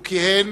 הוא כיהן